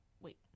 wait